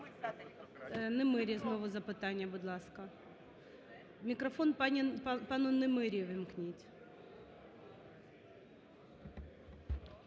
Немиря, знову запитання, будь ласка. Мікрофон пану Немирі увімкніть.